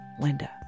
Linda